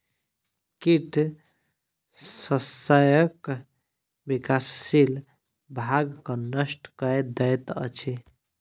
कीट शस्यक विकासशील भागक नष्ट कय दैत अछि